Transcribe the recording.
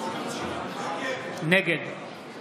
נגד